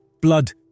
blood